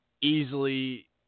easily